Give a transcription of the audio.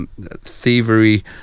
thievery